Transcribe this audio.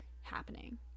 happening